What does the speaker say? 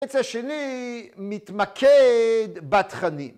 ‫העץ השני מתמקד בתכנים.